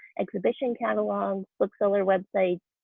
exhibition catalogs, book seller websites,